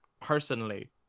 personally